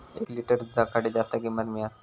एक लिटर दूधाक खडे जास्त किंमत मिळात?